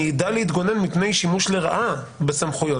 אני אדע להתגונן מפני שימוש לרעה בסמכויות.